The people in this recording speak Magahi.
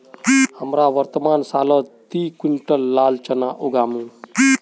हमरा वर्तमान सालत दी क्विंटल लाल चना उगामु